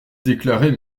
déclarer